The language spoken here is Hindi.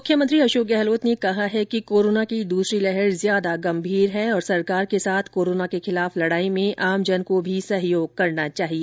मुख्यमंत्री अशोक गहलोत ने कहा है कि कोरोना की दूसरी लहर ज्यादा गंभीर है और सरकार के साथ कोरोना के खिलाफ लड़ाई में आम जन को भी सहयोग करना चाहिए